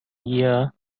air